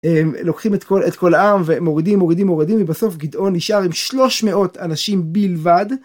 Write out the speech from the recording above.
לוקחים את כל העם ומורידים מורידים מורידים ובסוף גדעון נשאר עם 300 אנשים בלבד.